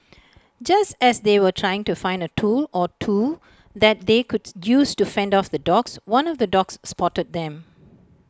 just as they were trying to find A tool or two that they could use to fend off the dogs one of the dogs spotted them